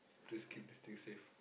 just keep the thing safe